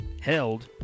held